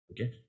Okay